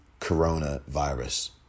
coronavirus